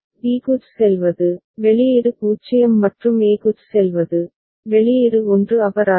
B க்குச் செல்வது வெளியீடு 0 மற்றும் a க்குச் செல்வது வெளியீடு 1 அபராதம்